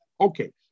Okay